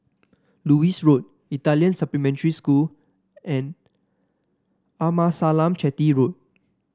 Lewis Road Italian Supplementary School and Amasalam Chetty Road